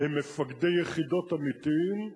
הם מפקדי יחידות אמיתיים,